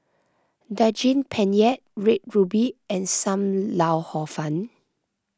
Saging Penyet Red Ruby and Sam Lau Hor Fun